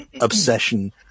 Obsession